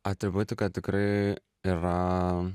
atributika tikrai yra